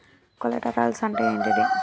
Collaterals అంటే ఏంటిది?